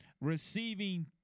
receiving